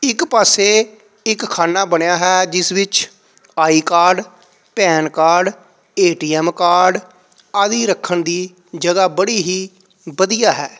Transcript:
ਇੱਕ ਪਾਸੇ ਇੱਕ ਖਾਨਾ ਬਣਿਆ ਹੈ ਜਿਸ ਵਿੱਚ I card PAN card A T M card ਆਦਿ ਰੱਖਣ ਦੀ ਜਗ੍ਹਾ ਬੜੀ ਹੀ ਵਧੀਆ ਹੈ